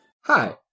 Hi